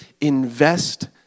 Invest